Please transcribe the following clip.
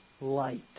light